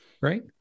right